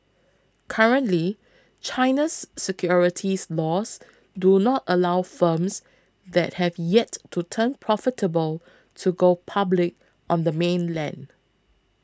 currently China's securities laws do not allow firms that have yet to turn profitable to go public on the mainland